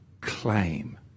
claim